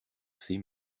ces